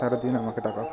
ফেরত দিন আমাকে টাকা